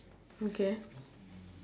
okay